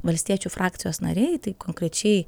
valstiečių frakcijos nariai tai konkrečiai